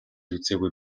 үзээгүй